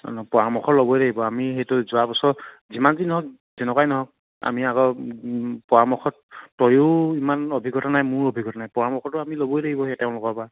পৰামৰ্শ ল'বই লাগিব আমি সেইটো যোৱা বছৰ যিমান যি হওক যেনেকুৱাই নহওক আমি আকৌ পৰামৰ্শত তয়ো ইমান অভিজ্ঞতা নাই মোৰ অভিজ্ঞতা নাই পৰামৰ্শটো আমি ল'ব লাগিব সেই তেওঁলোকৰ পৰা